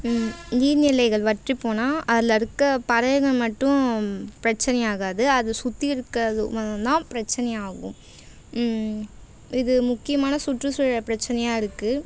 ம் நீர்நிலைகள் வற்றிப் போனால் அதில் இருக்கற பறவைகள் மட்டும் பிரச்சினை ஆகாது அதை சுற்றி இருக்கிறது தான் பிரச்சினையாகும் இது முக்கியமான சுற்றுச்சூழல் பிரச்சினையா இருக்குது